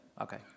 okay